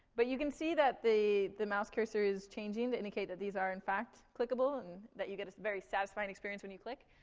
but you can see that the the mouse cursor is changing to indicate that these are in fact clickable, and that you get a very satisfying experience when you click.